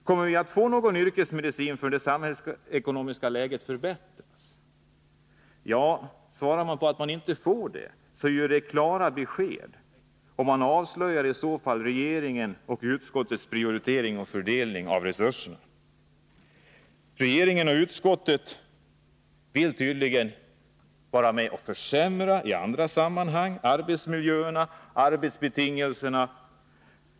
Kommer vi att få någon yrkesmedicin innan det samhällsekonomiska läget förbättras? Ja, svarar man att vi inte får det, så är ju det klara besked. Man avslöjar i så fall regeringens och utskottets prioritering och fördelning av resurserna. Regeringen och utskottet vill ju i andra sammanhang vara med och försämra arbetsmiljöerna och arbetsbetingelserna.